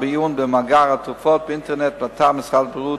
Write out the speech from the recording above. או בעיון במאגר התרופות באינטרנט באתר משרד הבריאות,